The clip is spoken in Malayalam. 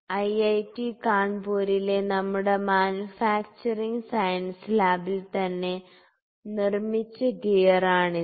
ഐഐടി കാൺപൂരിലെ നമ്മുടെ മാനുഫാക്ചറിംഗ് സയൻസ് ലാബിൽ തന്നെ നിർമ്മിച്ച ഗിയറാണ് ഇത്